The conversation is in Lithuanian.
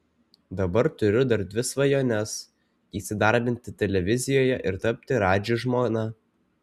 dabar turiu dar dvi svajones įsidarbinti televizijoje ir tapti radži žmona